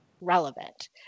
relevant